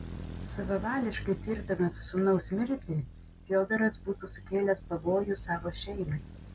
savavališkai tirdamas sūnaus mirtį fiodoras būtų sukėlęs pavojų savo šeimai